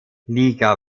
liga